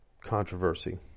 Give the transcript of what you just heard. controversy